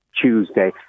Tuesday